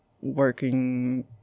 working